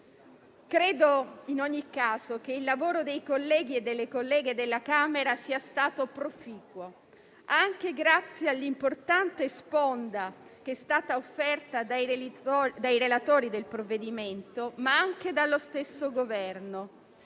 Credo in ogni caso che il lavoro dei colleghi e delle colleghe della Camera sia stato proficuo, anche grazie all'importante sponda che è stata offerta dai relatori del provvedimento, ma anche dallo stesso Governo,